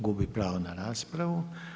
Gubi pravo na raspravu.